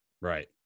Right